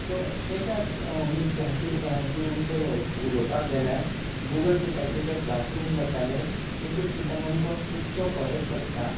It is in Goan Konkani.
सो तेज्यांत आनी क्लासींत आनी आमचें उलोवपाक गेल्यार गुगल मिटाचेर ते क्लासरूम जाताले तेजेर सुद्दां आमकां खुबसो फरक पडटा